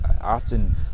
often